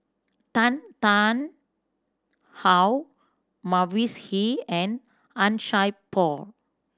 Tan Tarn How Mavis Hee and Han Sai Por